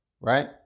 right